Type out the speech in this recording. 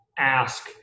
Ask